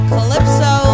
Calypso